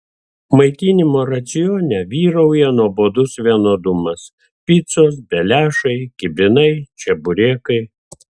maitinimo racione vyrauja nuobodus vienodumas picos beliašai kibinai čeburekai